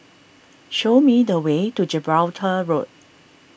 show me the way to Gibraltar Road